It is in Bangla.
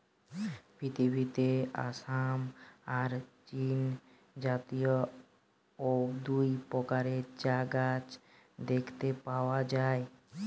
পৃথিবীতে আসাম আর চীনজাতীয় অউ দুই প্রকারের চা গাছ দেখতে পাওয়া যায়